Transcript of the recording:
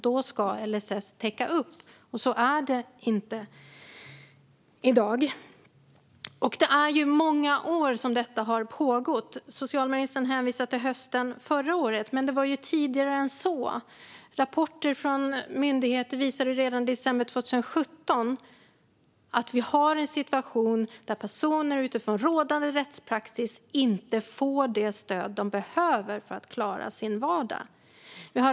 Då ska LSS täcka upp, men så är det inte i dag. Det är många år som detta har pågått. Socialministern hänvisar till hösten förra året, men det hela började ju tidigare än så. Rapporter från myndigheten visade i december 2017 att vi har en situation där personer utifrån rådande rättspraxis inte får det stöd de behöver för att klara sin vardag.